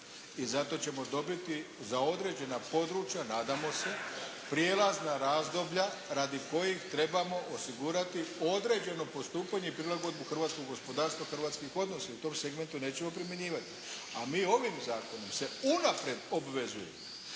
I zato ćemo dobiti za određena područja nadamo se, prijelazna razdoblja radi kojih trebamo osigurati određeno postupanje i prilagodbu hrvatskog gospodarstva, hrvatskih odnosa. I u tom ih segmentu nećemo primjenjivati. A mi ovim zakonom se unaprijed obvezujemo